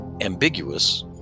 ambiguous